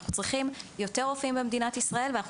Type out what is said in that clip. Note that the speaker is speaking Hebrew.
אנחנו צריכים יותר רופאים במדינת ישראל ואנחנו